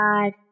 God